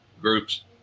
groups